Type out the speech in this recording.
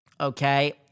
okay